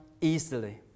easily